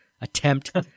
attempt